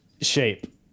shape